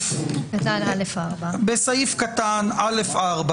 כרגע לשון הסעיף ב-220ג(ב) תומכת באופציה הזאת אבל היא לא ייחודית